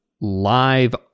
live